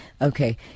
Okay